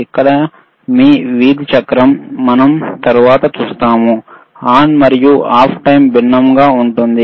ఇక్కడ మీ విధి చక్రం దీనిని మనం తరువాత చూస్తాము ఆన్ మరియు ఆఫ్ టైమ్ భిన్నంగా ఉంటుంది